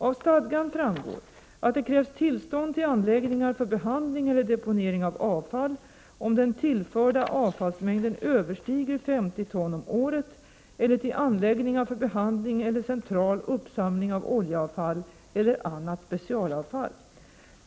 Av stadgan framgår att det krävs tillstånd till anläggningar för behandling eller deponering av avfall, om den tillförda avfallsmängden överstiger 50 ton om året, eller till anläggningar för behandling eller central uppsamling av oljeavfall eller annat specialavfall.